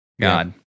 God